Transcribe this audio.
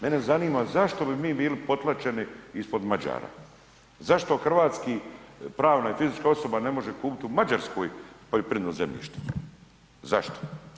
Mene zanima zašto bi mi bili potlačeni ispod Mađara, zašto hrvatski pravna i fizička osoba ne može kupiti u Mađarskoj poljoprivredno zemljište, zašto?